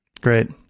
Great